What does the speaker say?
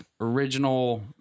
original